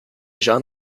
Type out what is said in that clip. jean